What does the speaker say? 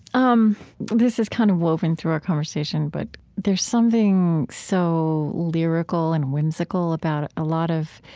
um this is kind of woven through our conversation, but there's something so lyrical and whimsical about a lot of,